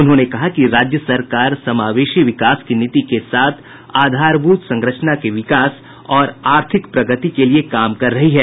उन्होंने कहा कि राज्य सरकार समावेशी विकास की नीति के साथ आधारभूत संरचना के विकास और आर्थिक प्रगति के लिए काम कर रही है